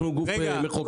אנחנו גוף מחוקק.